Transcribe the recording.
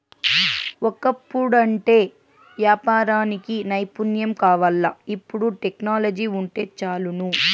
ఒకప్పుడంటే యాపారానికి నైపుణ్యం కావాల్ల, ఇపుడు టెక్నాలజీ వుంటే చాలును